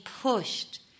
pushed